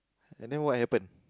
and then what happen